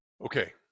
Okay